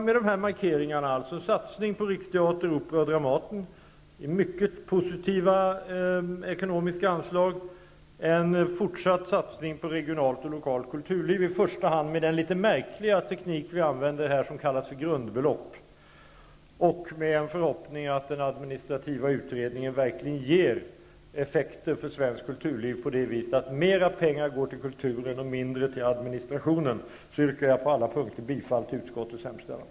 Med de här markeringarna, alltså en satsning på Riksteatern, Operan och Dramaten, med mycket positiva ekonomiska anslag, en fortsatt satsning på regionalt och lokalt kulturliv, i första hand med den litet märkliga teknik vi använder här som kallas för grundbelopp, och med en förhoppning att den administrativa utredningen verkligen ger effekter på svenskt kulturliv på det viset att mer pengar går till kulturen och mindre till administrationen, yrkar jag på alla punkter bifall till utskottets hemställan.